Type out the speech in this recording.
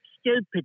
stupid